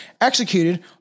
executed